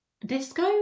Disco